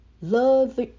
Love